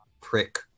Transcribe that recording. prick